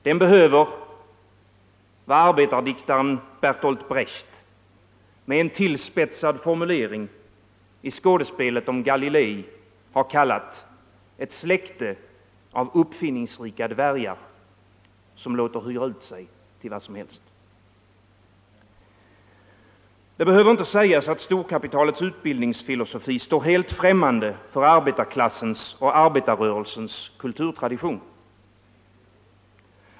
Den behöver vad arbetardiktaren Bertolt Brecht med en tillspetsad formulering i skådespelet Galilei kallat ”ett släkte av uppfinningsrika dvärgar som låter hyra ut sig till vad som helst”. Det behöver inte sägas, att storkapitalets utbildningsfilosofi står helt främmande för arbetarklassens och arbetarrörelsens kulturtradition.